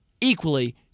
equally